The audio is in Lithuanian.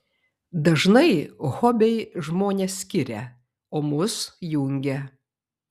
dažnai hobiai žmones skiria o mus jungia